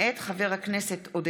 מאת חברת הכנסת תמר